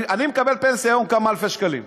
אני מקבל פנסיה היום כמה אלפי שקלים,